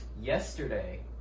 Yesterday